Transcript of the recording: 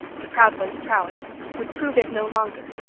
the proud one's prowess, would prove it no longer,